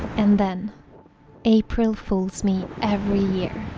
and then april fool's me every year